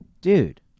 dude